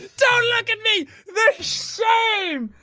don't look at me! the shame!